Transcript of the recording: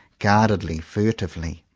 guardedly, furtively.